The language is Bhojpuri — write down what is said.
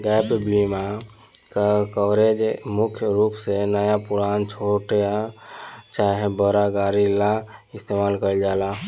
गैप बीमा कवरेज मुख्य रूप से नया पुरान, छोट चाहे बड़ गाड़ी ला इस्तमाल कईल जाला